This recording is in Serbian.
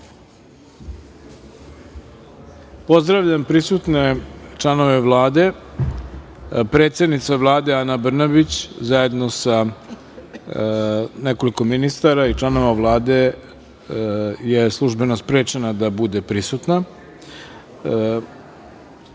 Poslovnika. Pozdravljam prisutne članove Vlade. Predsednica Vlade Ane Brnabić, zajedno sa nekoliko ministara i članova Vlade je službeno sprečena da bude prisutna. Prelazimo